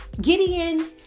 Gideon